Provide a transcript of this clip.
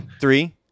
Three